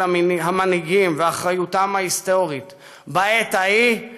המנהיגים ומה אחריותם ההיסטורית בעת ההיא,